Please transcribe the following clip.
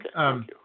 Okay